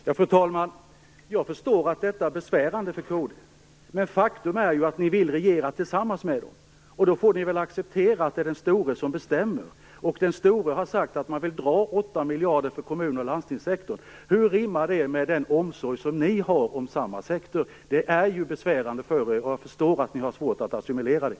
Fru talman! Jag förstår att detta är besvärande för kd, men faktum är att ni vill regera tillsammans med moderaterna. Då får ni väl acceptera att det är den större av er som bestämmer, och denne har sagt att man vill dra bort 8 miljarder från kommun och landstingssektorn. Hur rimmar det med den omsorg som ni har om samma sektor? Det är besvärande för er, och jag förstår att ni har svårt att assimilera det.